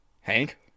hank